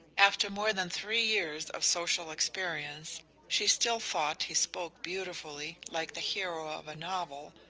after more than three years of social experience she still thought he spoke beautifully, like the hero of a novel,